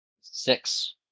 Six